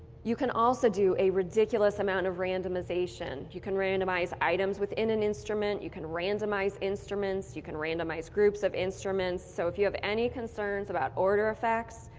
you can also do a ridiculous amount of randomization. you can randomize items within an instrument, you can randomize instruments, you can randomize groups of instruments, so if you have any concerns about order effects,